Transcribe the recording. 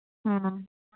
ꯎꯝ ꯎꯝ